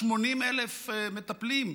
יש 80,000 מטפלים,